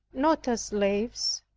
not as slaves.